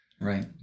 Right